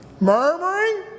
Murmuring